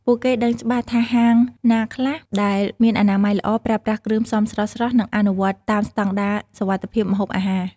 ពួកគេដឹងច្បាស់ថាហាងណាខ្លះដែលមានអនាម័យល្អ ប្រើប្រាស់គ្រឿងផ្សំស្រស់ៗ និងអនុវត្តតាមស្តង់ដារសុវត្ថិភាពម្ហូបអាហារ